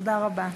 תודה רבה.